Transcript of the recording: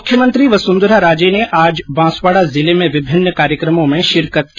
मुख्यमंत्री वसुंधरा राजे ने आज बांसवाड़ा जिले में विभिन्न कार्यकमों में शिरकत की